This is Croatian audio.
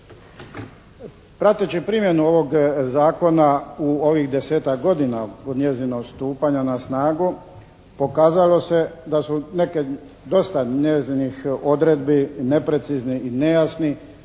Prateći primjenu ovog zakona u ovih desetak godina od njezinog stupanja na snagu pokazalo se da su neke, dosta njezinih odredbi neprecizne i nejasne